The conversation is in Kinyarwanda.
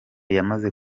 yamaze